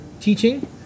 teaching